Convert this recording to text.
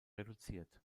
reduziert